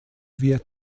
wir